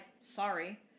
sorry